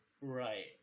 Right